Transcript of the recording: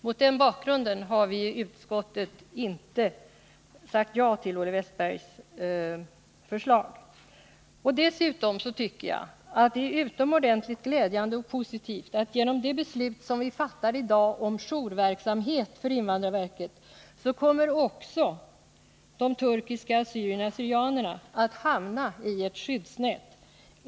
Mot den bakgrunden har vi i utskottet inte sagt ja till Olle Wästbergs förslag. Dessutom tycker jag att det är utomordentligt glädjande och positivt att genom det beslut som vi i dag fattar om jourverksamhet för invandrarverket kommer också de turkiska assyrierna/syrianerna att hamna innanför ett skyddsnät.